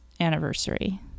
anniversary